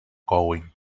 going